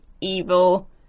evil